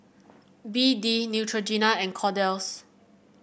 B D Neutrogena and Kordel's